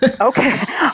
Okay